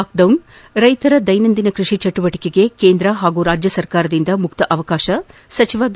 lockdown ರೈತರ ದೈನಂದಿನ ಕೃಷಿ ಚಟುವಟಿಕೆಗೆ ಕೇಂದ್ರ ಹಾಗೂ ರಾಜ್ಯ ಸರ್ಕಾರದಿಂದ ಮುಕ್ತ ಅವಕಾಶ ಸಚಿವ ಬಿ